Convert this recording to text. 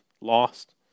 lost